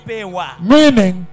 Meaning